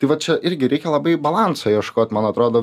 tai va čia irgi reikia labai balanso ieškot man atrodo